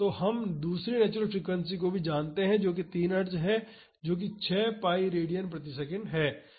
तो हम दूसरी नेचुरल फ्रीक्वेंसी को भी जानते हैं जो कि 3 हर्ट्ज़ है जो कि 6 pi रेडियन प्रति सेकंड है